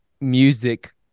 music